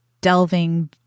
delving